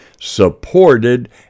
supported